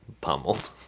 pummeled